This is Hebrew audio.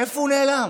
איפה הוא נעלם?